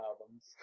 albums